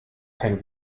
kein